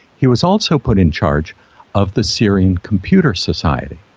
he was also put in charge of the syrian computer society.